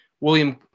William